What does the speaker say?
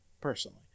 personally